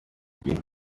big